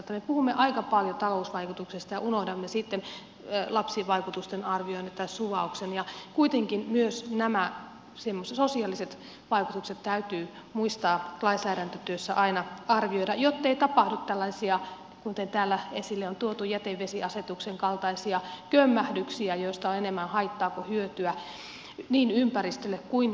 me puhumme aika paljon talousvaikutuksista ja unohdamme sitten lapsivaikutusten arvioinnit tai suvauksen ja kuitenkin myös nämä sosiaaliset vaikutukset täytyy muistaa lainsäädäntötyössä aina arvioida jottei tapahdu tällaisia kuten täällä esille on tuotu jätevesiasetuksen kaltaisia kömmähdyksiä joista on enemmän haittaa kuin hyötyä niin ympäristölle kuin